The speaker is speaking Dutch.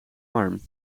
arm